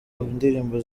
ndirimbo